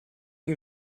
you